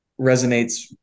resonates